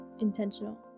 intentional